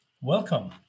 welcome